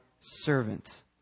servant